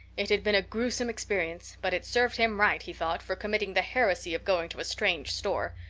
it had been a gruesome experience, but it served him right, he thought, for committing the heresy of going to a strange store.